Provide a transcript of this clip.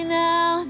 now